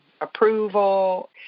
approval